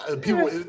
People